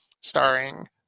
starring